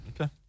Okay